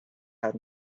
had